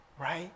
Right